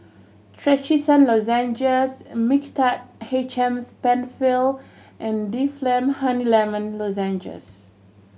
Trachisan Lozenges Mixtard H M Penfill and Difflam Honey Lemon Lozenges